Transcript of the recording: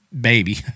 baby